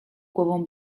głową